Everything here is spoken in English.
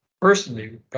personally